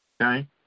Okay